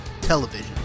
television